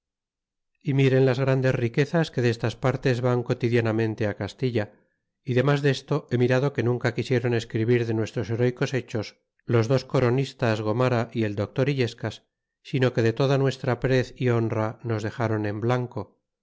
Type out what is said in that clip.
y miren las grandes riquezas que destas partes van cotidianamente castilla y denlas desto he mirado que nunca quisiéron escribir de nuestros herecos hechos los dos coronistas gomara y el doctor illescas sino que de toda nuestra prez y honra nos dexron en blanco